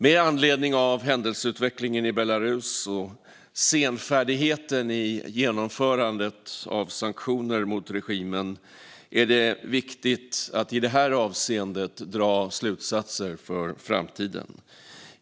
Med anledning av händelseutvecklingen i Belarus och senfärdigheten i genomförandet av sanktioner mot regimen är det viktigt att i detta avseende dra slutsatser för framtiden.